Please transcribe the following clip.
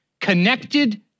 connected